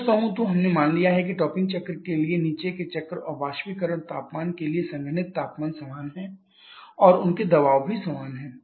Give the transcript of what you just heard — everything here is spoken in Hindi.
सच कहूं तो हमने मान लिया है कि टॉपिंग चक्र के लिए नीचे के चक्र और बाष्पीकरण तापमान के लिए संघनित्र तापमान समान हैं और उनके दबाव भी समान हैं